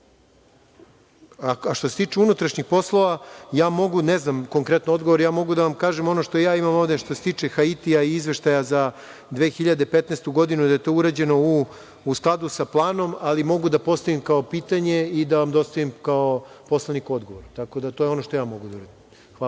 se tiče unutrašnjih poslova, ne znam konkretno odgovor, mogu da vam kažem ono što ja imam ovde, što se tiče Haitija i izveštaja za 2015. godinu, da je to urađeno u skladu sa planu, ali mogu da postavim kao pitanje i da vam dostavim kao poslaniku odgovor. To je ono što ja mogu da uradim. Hvala.